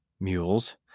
mules